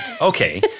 Okay